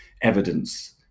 evidence